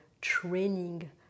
training